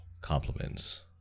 compliments